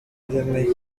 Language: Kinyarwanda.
mafilimi